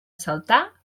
saltar